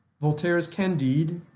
voltaire's candide,